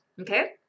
Okay